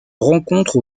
rencontre